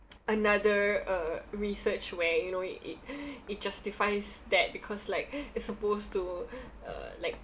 another uh research where you know it it it justifies that because like it's supposed to uh like